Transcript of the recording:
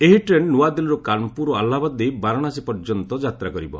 ଏହି ଟ୍ରେନ୍ ନୂଆଦିଲ୍ଲୀରୁ କାନ୍ପୁର ଓ ଆହ୍ଲାବାଦ୍ ଦେଇ ବାରାଣାସୀ ପର୍ଯ୍ୟନ୍ତ ଯାତ୍ରା କରିବ